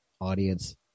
audience